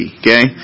okay